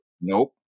Nope